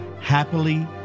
happily